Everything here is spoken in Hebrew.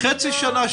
בחצי שנה,